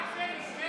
הצבעה שמית.